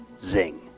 Zing